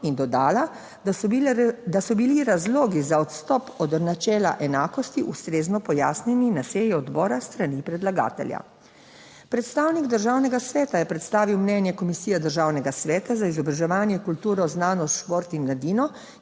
in dodala, da so bili razlogi za odstop od načela enakosti ustrezno pojasnjeni na seji odbora s strani predlagatelja. Predstavnik Državnega sveta je predstavil mnenje Komisije Državnega sveta za izobraževanje, kulturo, znanost, šport in mladino,